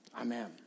Amen